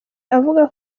avuga